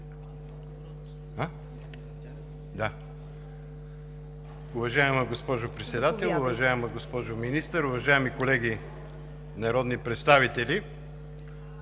Уважаема госпожо Председател, уважаема госпожо Министър, уважаеми колеги народни представители!